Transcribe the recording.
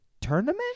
tournament